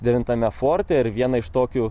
devintame forte ir vieną iš tokių